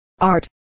art